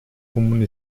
comune